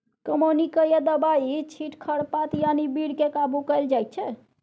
कमौनी कए या दबाइ छीट खरपात यानी बीड केँ काबु कएल जाइत छै